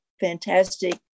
fantastic